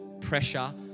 pressure